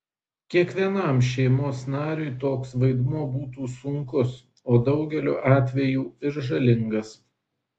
kiekvienam šeimos nariui toks vaidmuo būtų sunkus o daugeliu atvejų ir žalingas